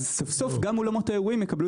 אז סוף-סוף גם אולמות האירועים יקבלו